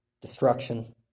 destruction